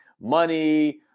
money